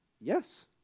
Yes